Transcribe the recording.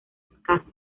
escasa